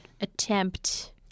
attempt